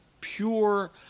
pure